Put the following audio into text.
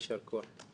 יישר כוח.